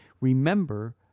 remember